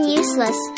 useless